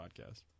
podcast